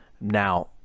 now